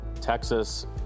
Texas